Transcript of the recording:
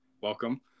welcome